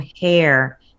hair